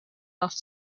off